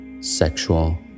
sexual